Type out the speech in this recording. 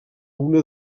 una